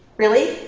really.